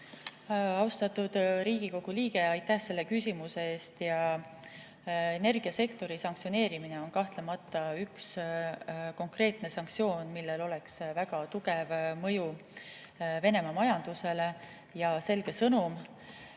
Austatud Riigikogu liige, aitäh selle küsimuse eest! Energiasektori sanktsioneerimine on kahtlemata üks konkreetne sanktsioon, millel oleks väga tugev mõju Venemaa majandusele ja selge sõnum.